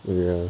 ya